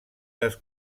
les